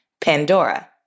Pandora